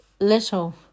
Little